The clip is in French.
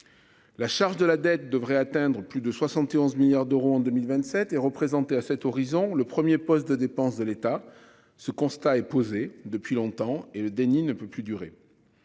La charge de la dette devrait atteindre plus de 71 milliards d'euros en 2027 et représenté à cet horizon le 1er poste de dépenses de l'État. Ce constat est posée depuis longtemps et le déni ne peut plus durer.